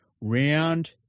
Round